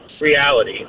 reality